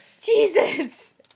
Jesus